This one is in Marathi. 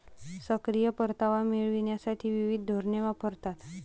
सक्रिय परतावा मिळविण्यासाठी विविध धोरणे वापरतात